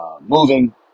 moving